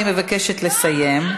אני מבקשת לסיים.